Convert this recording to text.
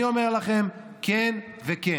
אני אומר לכם: כן וכן.